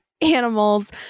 animals